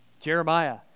Jeremiah